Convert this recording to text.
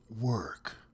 work